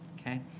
okay